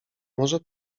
może